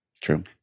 True